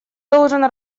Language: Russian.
должен